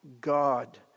God